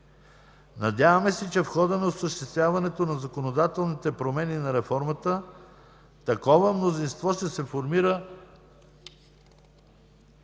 Надяваме се, че в хода на осъществяването на законодателните промени на реформата, такова мнозинство ще се формира